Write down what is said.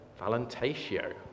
Valentatio